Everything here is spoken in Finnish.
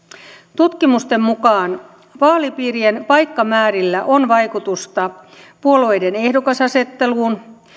tutkimusten mukaan vaalipiirien paikkamäärillä on vaikutusta puolueiden ehdokasasetteluun